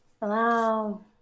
Hello